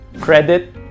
credit